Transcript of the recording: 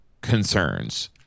concerns